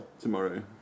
Tomorrow